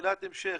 שאלת המשך.